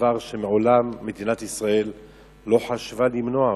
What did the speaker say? דבר שמעולם מדינת ישראל לא חשבה למנוע אותו.